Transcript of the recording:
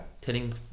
telling